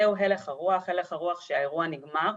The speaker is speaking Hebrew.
זהו הלך הרוח, הלך הרוח שהאירוע נגמר,